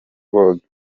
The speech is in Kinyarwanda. vogue